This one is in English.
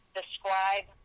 describe